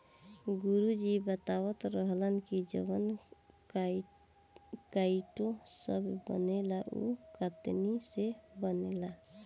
गुरु जी बतावत रहलन की जवन काइटो सभ बनेला उ काइतीने से बनेला